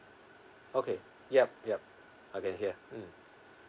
okay yup yup I can hear mm